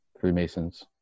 Freemasons